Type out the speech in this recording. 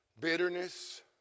bitterness